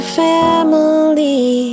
family